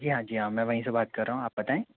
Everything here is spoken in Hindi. जी हाँ जी हाँ मैं वहीं से बात कर रहा हूँ आप बताएँ